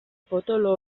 potolo